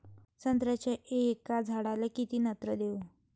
संत्र्याच्या एका झाडाले किती नत्र देऊ?